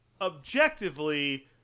objectively